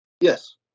Yes